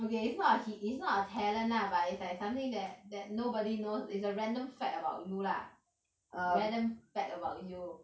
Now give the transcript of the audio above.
okay it's not it's not a talent lah but it's like something that that nobody knows it's a random fact about you lah random fact about you